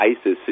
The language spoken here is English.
ISIS